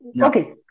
Okay